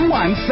one